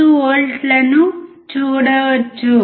5 వోల్ట్లను చూడవచ్చు